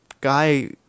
guy